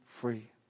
free